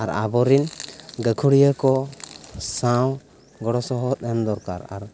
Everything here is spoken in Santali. ᱟᱨ ᱟᱵᱚᱨᱮᱱ ᱜᱟᱠᱷᱩᱲᱤᱭᱟᱹ ᱠᱚ ᱥᱟᱶ ᱜᱚᱲᱚᱥᱚᱦᱚᱫ ᱮᱢ ᱫᱚᱨᱠᱟᱨ ᱟᱨ